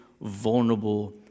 vulnerable